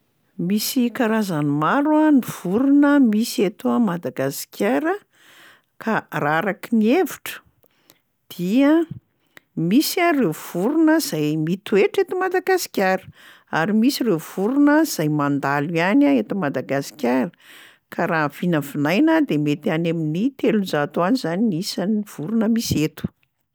Misy karazany maro a ny vorona misy eto a Madagasikara ka raha araky ny hevitro dia misy a reo vorona zay mitoetra eto Madagasikara ary misy reo vorona zay mandalo ihany a eto Madagasikara, ka raha vinavinaina de mety any amin'ny telonjato any zany ny isan'ny vorona misy eto.